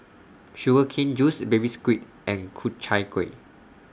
Sugar Cane Juice Baby Squid and Ku Chai Kueh